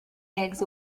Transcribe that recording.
eggs